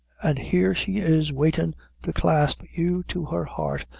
an' here she is waitin' to clasp you to her heart,